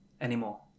anymore